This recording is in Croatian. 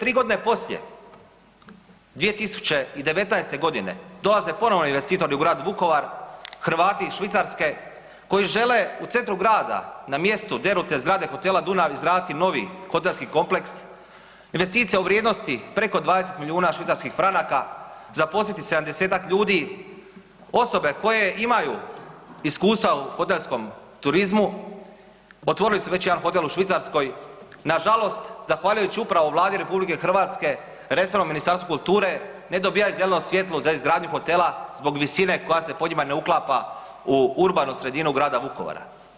Tri godine poslije 2019.g. dolaze ponovo investitori u Grad Vukovar, Hrvati iz Švicarske koji žele u centru grada na mjestu derutne zgrade Hotela Dunav izraditi novi hotelski kompleks, investicija vrijednosti preko 20 milijuna švicarskih franaka, zaposliti 70-ak ljudi, osobe koje imaju iskustva u hotelskom turizmu otvorili su već jedan hotel u Švicarskoj, nažalost zahvaljujući upravo Vladi RH resornom Ministarstvu kulture ne dobijaju zeleno svjetlo za izgradnju hotela zbog visine koja se po njima ne uklapa u urbanu sredinu Grada Vukovara.